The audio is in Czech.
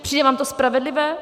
Přijde vám to spravedlivé?